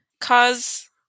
cause